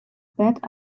bat